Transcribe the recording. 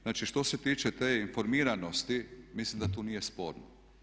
Znači, što se tiče te informiranosti mislim da tu nije sporno.